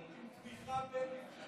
בתמיכה בין-מפלגתית.